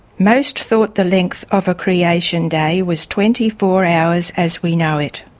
most thought the length of a creation day was twenty four hours as we know it.